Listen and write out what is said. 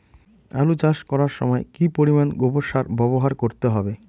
আলু চাষ করার সময় কি পরিমাণ গোবর সার ব্যবহার করতে হবে?